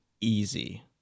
easy